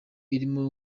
irimo